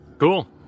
cool